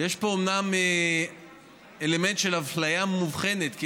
יש פה אומנם אלמנט של אפליה מובחנת,